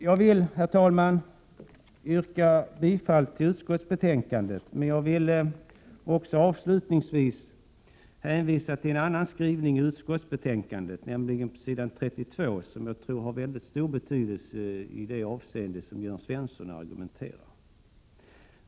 Jag vill, herr talman, yrka bifall till utskottets hemställan, men jag vill också avslutningsvis hänvisa till en annan skrivning i utskottsbetänkandet, på s. 32, som jag tror har mycket stor betydelse i det avseende som Jörn Svensson tog upp.